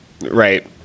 Right